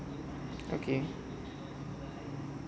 okay